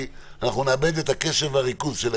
כי אנחנו נאבד את הקשב והריכוז.